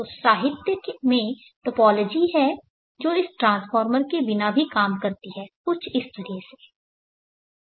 तो साहित्य में टोपोलॉजी हैं जो इस ट्रांसफार्मर के बिना भी काम करती है कुछ इस तरह से है